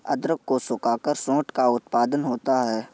अदरक को सुखाकर सोंठ का उत्पादन होता है